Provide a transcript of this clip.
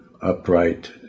upright